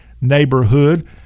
neighborhood